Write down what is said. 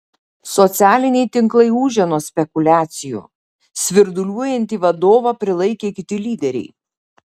socialiniai tinklai ūžia nuo spekuliacijų svirduliuojantį vadovą prilaikė kiti lyderiai